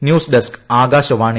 news desk Akashvani